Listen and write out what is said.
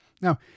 Now